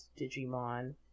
Digimon